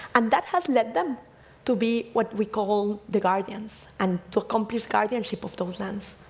and that has led them to be what we call the guardians, and to accomplish guardianship of those lands,